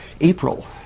April